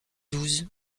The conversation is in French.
douze